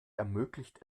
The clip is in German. ermöglicht